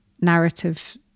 narrative